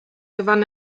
gewann